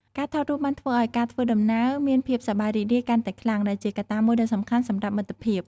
ការថតរូបបានធ្វើឱ្យការធ្វើដំណើរមានភាពសប្បាយរីករាយកាន់តែខ្លាំង ដែលជាកត្តាមួយដ៏សំខាន់សម្រាប់មិត្តភាព។